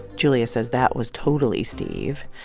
julia says that was totally steve.